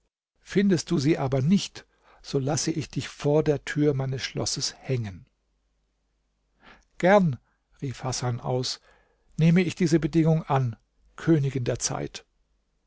findest du sie aber nicht so lasse ich dich vor der tür meines schlosses hängen gern rief hasan aus nehme ich diese bedingung an königin der zeit